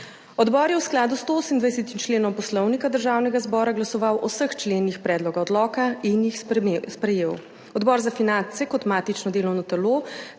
odbora ni 128. členom Poslovnika Državnega zbora glasoval o vseh členih predloga odloka in jih sprejel. Odbor za finance kot matično delovno telo